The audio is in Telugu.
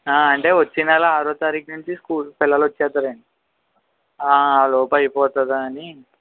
అంటే వచ్చే నెల ఆరో తారీకు నుంచీ స్కూల్ పిల్లలు వచ్చేస్తారండి ఆలోపు అయిపోతదా అని